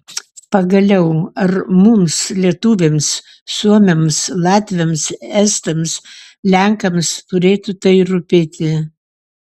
pagaliau ar mums lietuviams suomiams latviams estams lenkams turėtų tai rūpėti